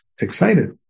excited